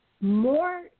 more